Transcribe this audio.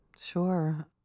Sure